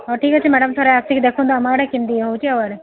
ହଉ ଠିକ୍ ଅଛି ମ୍ୟାଡ଼ାମ୍ ଥରେ ଆସିକି ଦେଖନ୍ତୁ ଆମ ଆଡ଼େ କେମିତି ଇଏ ହେଉଛି ଆଉ ଆରେ